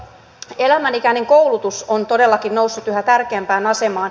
elämänikäinen koulutus on todellakin noussut yhä tärkeämpään asemaan